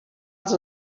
els